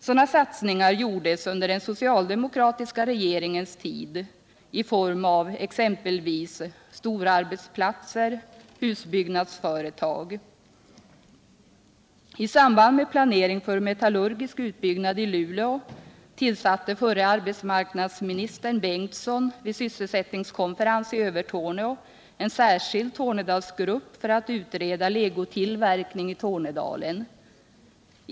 Sådana satsningar gjordes under den socialdemokratiska regeringens tid i form av exempelvis storarbetsplatser och husbyggnadsföretag. I samband med planering för metallurgisk utbyggnad i Luleå tillsatte förre arbetsmarknadsministern Bengtsson vid en sysselsättningskonferens i Övertorneå en särskild Tornedalsgrupp för att utreda legotillverkning i Tornedalen.